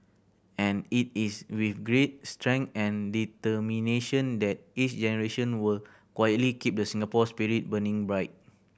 and it is with grit strength and determination that each generation will quietly keep the Singapore spirit burning bright